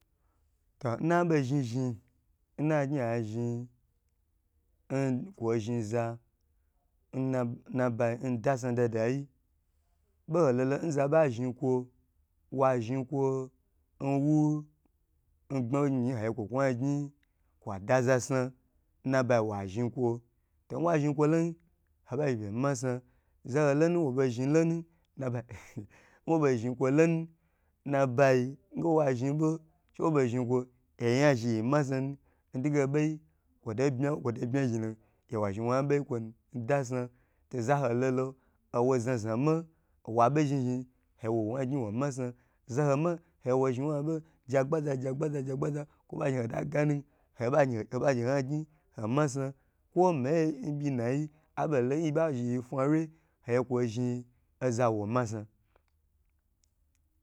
To n nabo zhn zhn nnagyn azhi yin n kwo zhn za nn nnabai ndasna dadyi boho lolo nzaba zhi kwo wa zhn kwo nwu ndabo dadayi agye kwo kwo yan gyn kwada za sna nnabayi wa zhi kwo nwa zhn kwo lonu abagye fe ma sna zoho lonu nwobo zhn lonu nbai nwo bo zhn lonu nbai nwo bo zhn kwo lonu nabayi nwa zho boi she wo bo zhn kwo yagye yiyi ya zhi ya masna nu ntige beyi kwotu bma kwo to bmi zhilo to wa zhn woya boyi kwonu nda sna to zaho lolo owo zna zna ma owa bo zhn zhn ahe wo wa yam gyn wo ma sna zo ho ma agye wo zhn wo yan abo ja gba za jagba za jagbaza ko ba hota gan, hobage hobage ohoyan gyn ona sna kwo me byi nayi abo lo yi ba zhi yi fa wye agye kwo zhn ye oza wo ma sna